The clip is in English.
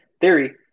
Theory